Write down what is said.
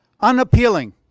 unappealing